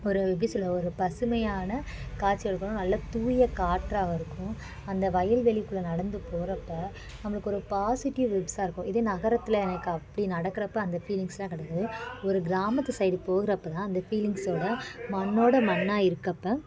ஒரு எப்படி சொல்ல ஒரு பசுமையான காட்சியளிக்கும் நல்ல தூய காற்றாக இருக்கும் அந்த வயல்வெளிக்குள்ள நடந்து போறப்போ நம்மளுக்கு ஒரு பாஸிட்டிவ் வைப்ஸ்ஸா இருக்கும் இதே நகரத்தில் எனக்கு அப்படி நடக்கறப்போ அந்த ஃபீலிங்ஸ்லாம் கிடைக்காது ஒரு கிராமத்து சைடு போகிறப்பதான் அந்த ஃபீலிங்ஸ்ஸோட மண்ணோட மண்ணாக இருக்கப்போ